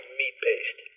meat-based